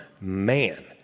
man